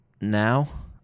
now